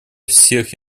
всех